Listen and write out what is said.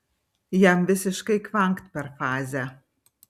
jam visiškai kvankt per fazę